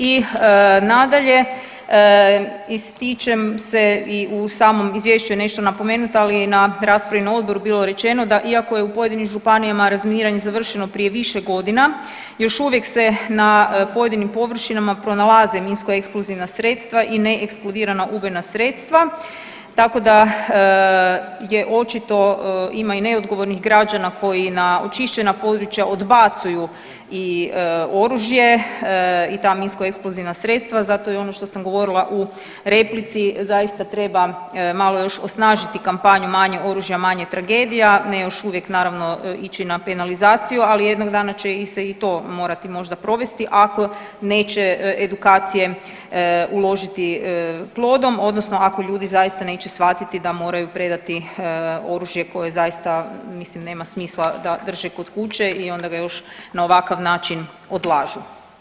I nadalje, ističem se i u samom izvješću je nešto napomenuto, ali i na raspravi na odboru je bilo rečeno da iako je u pojedinim županijama razminiranje završeno prije više godina još uvijek se na pojedinim površinama pronalaze minsko eksplozivna sredstva i neeksplodirana ubojna sredstva, tako da je očito ima i neodgovornih građana koji na očišćena područja odbacuju i oružje i ta minskoeksplozivna sredstva, zato i ono što sam govorila u replici zaista treba malo još osnažiti kampanju „manje oružja, manje tragedija“, ne još uvijek naravno ići na penalizaciju, ali jednog dana će se i to morati možda provesti ako neće edukacije uložiti plodom odnosno ako ljudi zaista neće shvatiti da moraju predati oružje koje zaista mislim nema smisla da drže kod kuće i onda ga još na ovakav način odlažu.